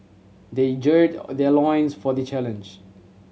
they gird their loins for the challenge